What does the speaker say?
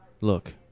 Look